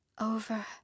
over